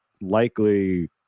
likely